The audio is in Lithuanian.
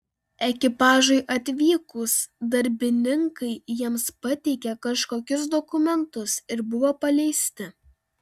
ekipažui atvykus darbininkai jiems pateikė kažkokius dokumentus ir buvo paleisti